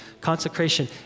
Consecration